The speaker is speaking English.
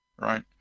right